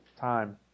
Time